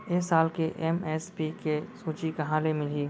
ए साल के एम.एस.पी के सूची कहाँ ले मिलही?